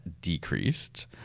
decreased